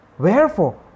Wherefore